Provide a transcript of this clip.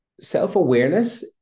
self-awareness